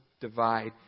divide